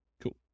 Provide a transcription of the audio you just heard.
Cool